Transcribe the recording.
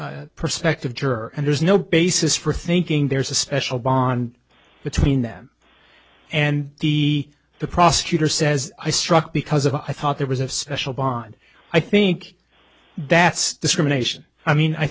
perspective juror and there's no basis for thinking there's a special bond between them and he the prosecutor says i struck because of i thought there was a special bond i think that's discrimination i mean i